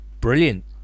brilliant